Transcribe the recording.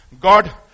God